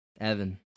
Evan